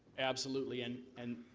absolutely. and and